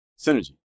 synergy